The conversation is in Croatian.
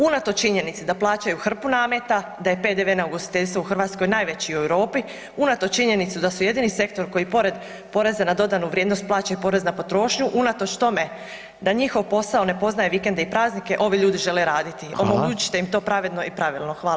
Unatoč činjenici da plaćaju hrpu nameta, da je PDV na ugostiteljstvo u Hrvatskoj najveći u Europi, unatoč činjenici da su jedini sektor koji porez poreza na dodatnu vrijednost plaćaju porez na potrošnju, unatoč tome da njihov posao ne poznaje vikende i praznike, ovi ljudi žele raditi [[Upadica: Hvala.]] Omogućite im to pravedno i pravilno.